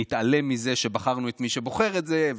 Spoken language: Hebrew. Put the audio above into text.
נתעלם מזה שבחרנו את מי שבוחר את זה,